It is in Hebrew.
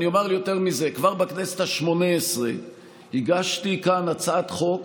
אומר יותר מזה: כבר בכנסת השמונה-עשרה הגשתי כאן הצעת חוק